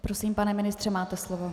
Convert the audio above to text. Prosím, pane ministře, máte slovo.